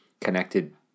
connected